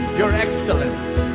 your excellence,